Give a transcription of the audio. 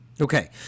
okay